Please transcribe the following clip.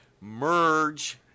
merge